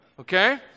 okay